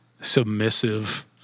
submissive